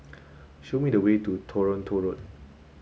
show me the way to Toronto Road